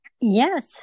Yes